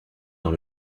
dans